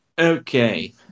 Okay